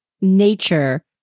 nature